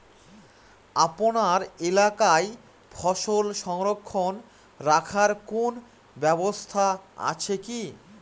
আপনার এলাকায় ফসল সংরক্ষণ রাখার কোন ব্যাবস্থা আছে কি?